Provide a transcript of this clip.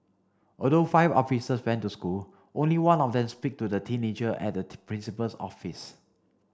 although five officer went to the school only one of them spoke to the teenager at the principal's office